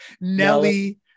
Nelly